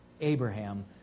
Abraham